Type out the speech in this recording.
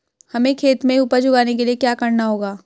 हमें खेत में उपज उगाने के लिये क्या करना होगा?